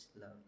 love